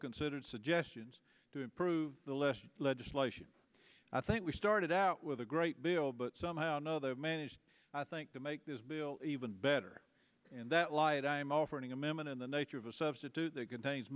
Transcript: considered suggestions to improve the less legislation i think we started out with a great deal but somehow know they have managed i think to make this bill even better in that light i am offering amendment in the nature of a substitute that contains